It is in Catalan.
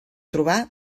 trobar